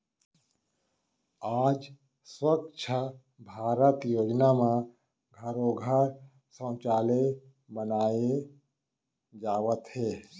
आज स्वच्छ भारत योजना म घरो घर सउचालय बनाए जावत हे